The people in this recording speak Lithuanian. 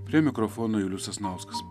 prie mikrofono julius sasnauskas